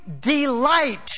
delight